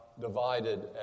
divided